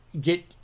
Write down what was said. get